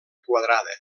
quadrada